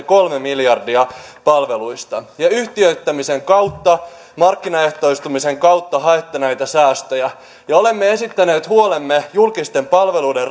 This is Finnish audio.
kolme miljardia palveluista ja yhtiöittämisen kautta markkinaehtoistumisen kautta haette näitä säästöjä olemme esittäneet huolemme julkisten palveluiden